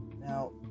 Now